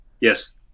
Yes